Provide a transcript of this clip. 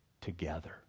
together